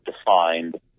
defined